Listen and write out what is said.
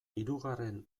hirugarren